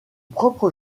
propre